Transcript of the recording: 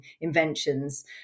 inventions